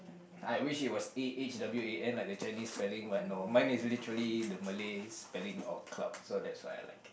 I wish it was A A H W A N like the Chinese spelling but no mine is literally the Malay spelling of cloud so that's why I like